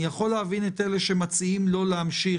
אני יכול להבין את אלה שמציעים לא להמשיך